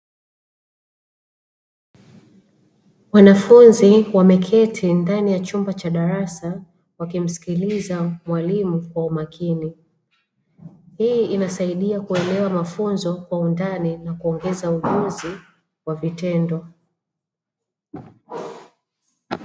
Wanafunzi wameketi ndani ya chumba cha darasa wakimsikiliza mwalimu kwa umakini, hii inasaidia kuelewa mafunzo kwa undani na kuongeza ujuzi wa vitendo.